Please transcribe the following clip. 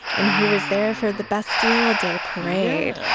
and he was there for the bastille day parade. yeah.